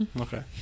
Okay